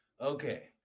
Okay